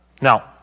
Now